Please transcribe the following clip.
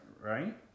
Right